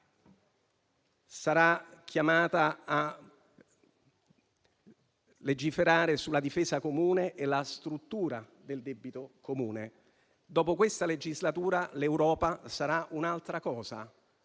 sarà chiamato a legiferare sulla difesa comune e sulla struttura del debito comune. Dopo questa legislatura, l'Europa sarà un'altra cosa